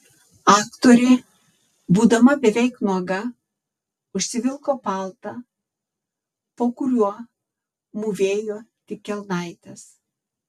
aktorė būdama beveik nuoga užsivilko paltą po kuriuo mūvėjo tik kelnaites